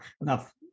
enough